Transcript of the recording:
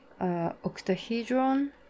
octahedron